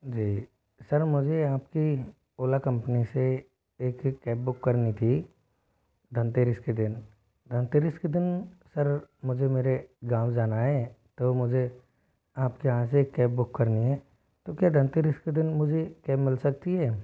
जी sir मुझे आप की ओला कम्पनी से एक कैब बुक करनी थी धनतेरस के दिन धनतेरस के दिन सर मुझे मेरे गाँव जाना है तो मुझे आप के यहाँ से एक कैब बुक करनी है तो क्या धनतेरस के दिन मुझे कैब मिल सकती है